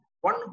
one